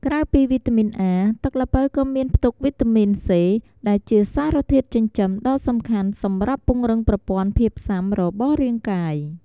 ក្រៅពីវីតាមីន A ទឹកល្ពៅក៏មានផ្ទុក វីតាមីន C ដែលជាសារធាតុចិញ្ចឹមដ៏សំខាន់សម្រាប់ពង្រឹងប្រព័ន្ធភាពស៊ាំរបស់រាងកាយ។